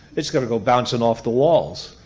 it's going to go bouncing off the walls.